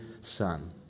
son